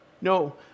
No